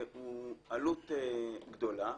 הוא עלות גדולה.